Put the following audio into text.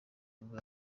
nibwo